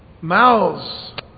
mouths